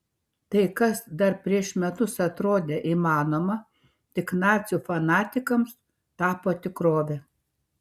tai kas dar prieš metus atrodė įmanoma tik nacių fanatikams tapo tikrove